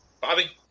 Bobby